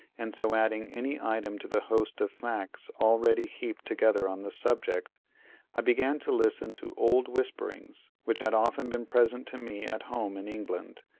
and so adding any item to the host of facts already heaped together on the subject i began to listen to old whisperings which had often been present to me at home in england,